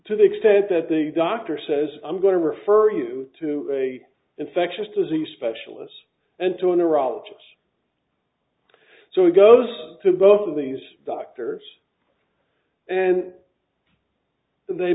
to the extent that the doctor says i'm going to refer you to a infectious disease specialist and to a neurologist so he goes to both of these doctors and